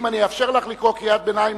אם אני אאפשר לך לקרוא קריאת ביניים,